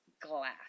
glass